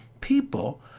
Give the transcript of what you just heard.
people